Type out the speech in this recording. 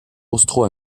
austro